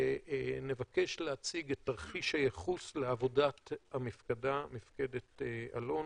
ונבקש להציג את תרחיש הייחוס לעבודת מפקדת אלון.